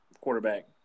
quarterback